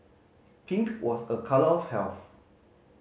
pink was a colour of health